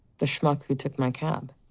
the schmuck who took my cab.